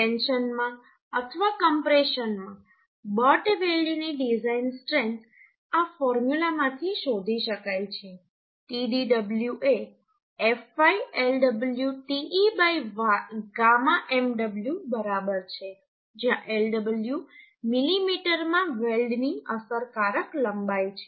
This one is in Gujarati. ટેન્શનમાં અથવા કમ્પ્રેશનમાં બટ વેલ્ડની ડિઝાઇન સ્ટ્રેન્થ આ ફોર્મ્યુલામાંથી શોધી શકાય છે Tdw એ fy Lw te γ mw બરાબર છે જ્યાં Lw મિલીમીટરમાં વેલ્ડની અસરકારક લંબાઈ છે